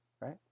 right